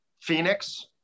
Phoenix